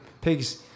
pigs